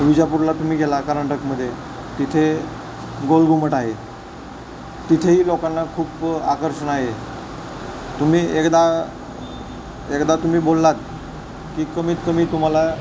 विजापूरला तुम्ही गेला कर्नाटकमध्ये तिथे गोलघुमट आहे तिथेही लोकांना खूप आकर्षण आहे तुम्ही एकदा एकदा तुम्ही बोललात की कमीत कमी तुम्हाला